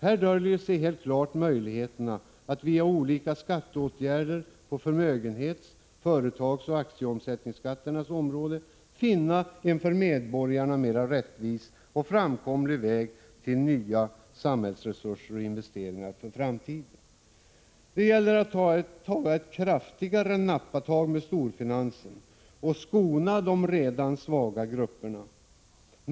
Här döljer sig helt klart möjligheterna att via olika åtgärder på förmögenhets-, företagsoch aktieomsättningsskatternas område finna en för medborgarna mera rättvis och framkomlig väg till nya samhällsresurser och investeringar för framtiden. Det gäller att ta ett kraftigare nappatag med storfinansen och skona de redan svaga grupperna.